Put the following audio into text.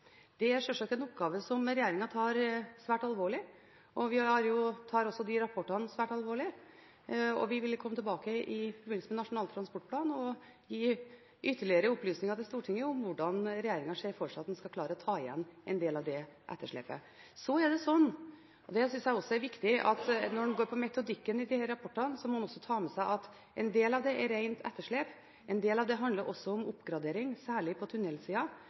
Det er sjølsagt en oppgave som regjeringen tar svært alvorlig. Vi tar de rapportene svært alvorlig. Vi vil komme tilbake i forbindelse med Nasjonal transportplan og gi ytterligere opplysninger til Stortinget om hvordan regjeringen ser for seg at vi skal klare å ta igjen en del av det etterslepet. Jeg synes også det er viktig å ta med seg når det gjelder metodikken i disse rapportene, at en del av det dreier seg om rent etterslep. En del av det handler også om oppgradering, særlig på